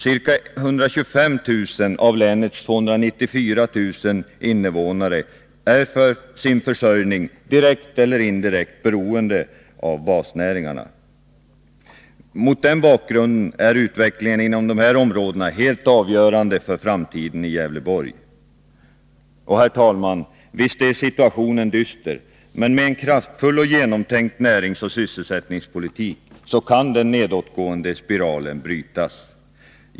Ca 125 000 av länets 294 000 invånare är för sin försörjning direkt eller indirekt beroende av basnäringarna. Mot den bakgrunden är utvecklingen inom basnäringarna helt avgörande för framtiden i Gävleborg. Herr talman! Visst är situationen dyster. Men med en kraftfull och genomtänkt näringsoch sysselsättningspolitik kan den nedåtgående spiralen brytas.